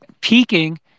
peaking